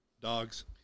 Dogs